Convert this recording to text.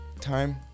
Time